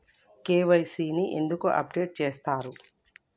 KYC ని ఎందుకు update చేత్తరు?